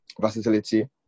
versatility